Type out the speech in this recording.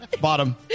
Bottom